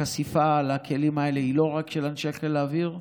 החשיפה לכלים האלה היא לא רק של אנשי חיל האוויר,